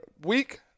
week